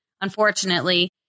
Unfortunately